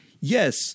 yes